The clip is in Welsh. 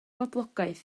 boblogaeth